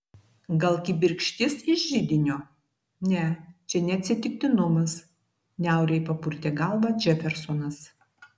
gal kibirkštis iš židinio ne čia ne atsitiktinumas niauriai papurtė galvą džefersonas